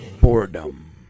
Boredom